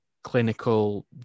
clinical